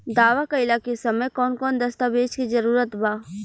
दावा कईला के समय कौन कौन दस्तावेज़ के जरूरत बा?